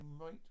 right